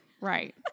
right